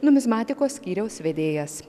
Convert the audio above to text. numizmatikos skyriaus vedėjas